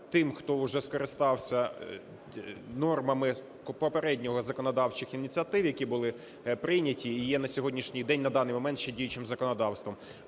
тим, хто уже скористався нормами попередньо законодавчих ініціатив, які були прийняті і є на сьогоднішній день, на даний момент ще діючим законодавством,